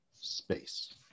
space